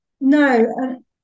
No